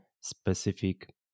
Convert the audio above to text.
specific